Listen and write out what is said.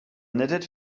knitted